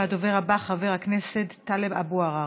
הדובר הבא, חבר הכנסת טלב אבו עראר.